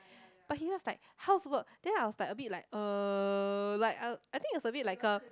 but he just like how's work then I was like a bit like uh like I I think it's a bit like a